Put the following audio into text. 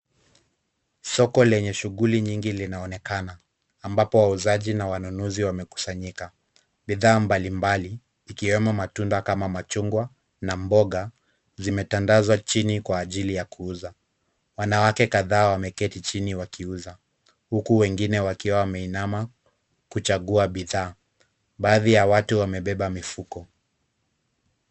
Soko lenye shughuli nyingi linaonekana, ambapo wauzaji na wanunuzi wamekusanyika, bidhaa mbalimbali ikiwemo matunda kama machungwa na mboga zimetandazwa chini kwa ajili ya kuuza, wanawake kadha wameketi chini wakiuza, huku wengine wakiwa wameinama kuchagua bidhaa, baadhi ya watu wamebeba mifuko.